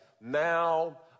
now